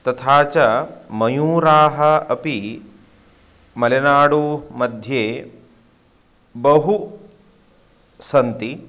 तथा च मयूराः अपि मलेनाडु मध्ये बहवः सन्ति